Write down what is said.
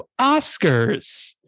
Oscars